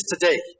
today